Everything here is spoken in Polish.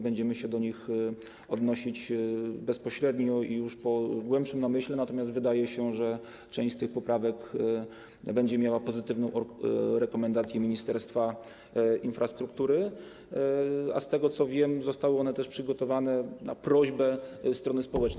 Będziemy się do nich odnosić bezpośrednio już po głębszym namyśle, natomiast wydaje się, że część tych poprawek będzie miała pozytywną rekomendację Ministerstwa Infrastruktury, a z tego, co wiem, zostały one przygotowane też na prośbę strony społecznej.